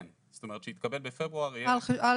כן, זאת אומרת, שהתקבל בפברואר יהיה על ינואר.